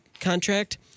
contract